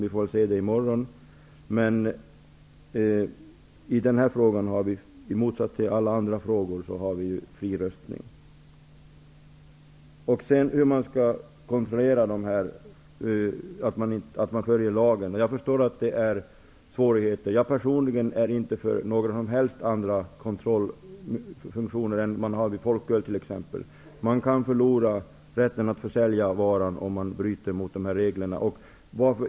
Vi får se det vid omröstningen i morgon. I den här frågan tillämpar vi, i motsats till alla andra frågor, fri röstning. Sten Svensson frågade hur man skall kontrollera att lagen följs. Jag förstår att det är svårt. Personligen är jag inte för några som helst andra kontrollsystem än dem vi har t.ex. när det gäller folköl. Man kan förlora rätten att försälja varan om man bryter mot reglerna.